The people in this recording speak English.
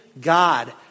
God